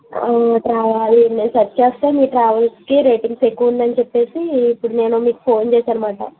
ట్రా నేను సర్చ్ చేస్తే మీ ట్రావెల్స్కి రేటింగ్స్ ఎక్కువ ఉందని చెప్పి ఇప్పుడు నేను మీకు ఫోన్ చేశాను అన్నమాట